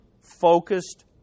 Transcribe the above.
focused